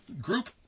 group